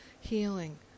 healing